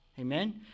Amen